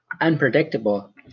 unpredictable